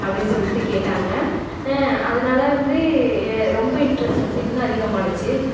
அப்படின்னு சொல்லிட்டு கேட்டாங்க அதனால் வந்து ரொம்ப இன்ட்ரஸ்ட் வந்து இன்னும் அதிகமாச்சு